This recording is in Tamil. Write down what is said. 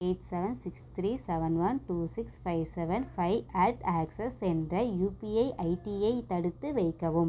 eight seven six three seven one two six five seven five at Axis என்ற யுபிஐ ஐடியை தடுத்து வைக்கவும்